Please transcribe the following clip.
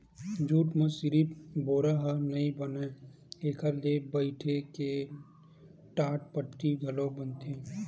jute म सिरिफ बोरा ह नइ बनय एखर ले बइटे के टाटपट्टी घलोक बनथे